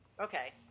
Okay